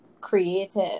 creative